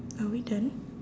are we done